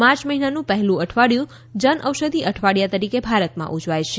March મહિનાનું પહેલું અઠવાડિયું જનઔષધિ અઠવાડિયા તરીકે ભારતમાં ઉજવાય છે